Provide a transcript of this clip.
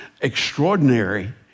extraordinary